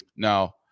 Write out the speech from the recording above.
Now